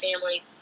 family